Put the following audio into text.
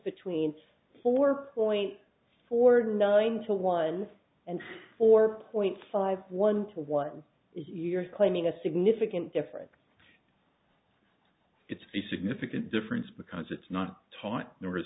between four point four nine to one and four point five one to what you're claiming a significant difference it's the significant difference because it's not taught numbers